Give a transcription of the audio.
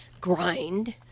grind